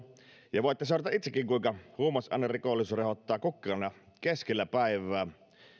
ja voitte seurata itsekin kuinka huumausainerikollisuus rehottaa kukkeana keskellä päivää